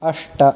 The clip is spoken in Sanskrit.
अष्ट